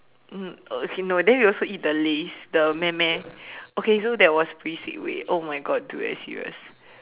mmhmm okay no then we also ate the Lays the meh meh okay so that was pretty sick wait oh my God dude are you serious